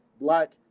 black